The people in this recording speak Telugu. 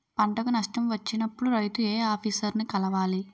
పంటకు నష్టం వచ్చినప్పుడు రైతు ఏ ఆఫీసర్ ని కలవాలి?